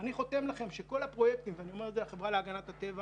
אני חותם לכם שכל הפרויקטים ואני אומר את זה לחברה להגנת הטבע